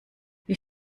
wie